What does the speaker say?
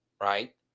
right